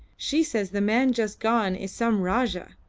she says the man just gone is some rajah.